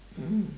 mm